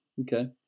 Okay